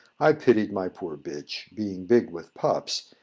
i pitied my poor bitch, being big with pups,